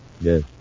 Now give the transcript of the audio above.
Yes